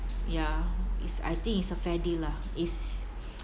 ya it's I think it's a fair deal lah it's